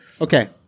Okay